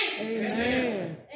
Amen